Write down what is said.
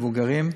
מבוגרים.